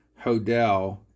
Hodel